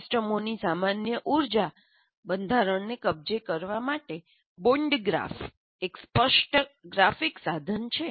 સિસ્ટમોની સામાન્ય ઉર્જા બંધારણને કબજે કરવા માટે બોન્ડ ગ્રાફ એક સ્પષ્ટ ગ્રાફિક સાધન છે